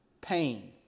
Pain